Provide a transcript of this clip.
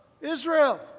Israel